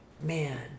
man